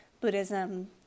Buddhism